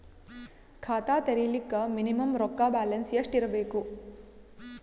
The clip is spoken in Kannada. ಖಾತಾ ತೇರಿಲಿಕ ಮಿನಿಮಮ ರೊಕ್ಕ ಬ್ಯಾಲೆನ್ಸ್ ಎಷ್ಟ ಇರಬೇಕು?